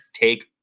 take